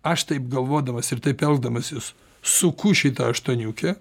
aš taip galvodamas ir taip elgdamasis suku šitą aštuoniukę